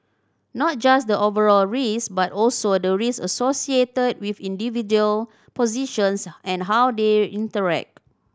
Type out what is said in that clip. not just the overall risk but also the risk associated with individual positions and how they interact